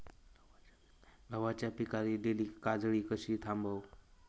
गव्हाच्या पिकार इलीली काजळी कशी थांबव?